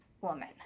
woman